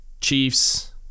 chiefs